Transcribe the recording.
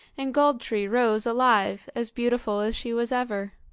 and gold-tree rose alive, as beautiful as she was ever.